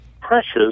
pressures